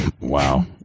Wow